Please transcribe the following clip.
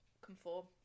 conform